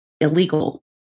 illegal